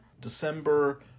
December